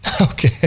Okay